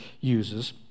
uses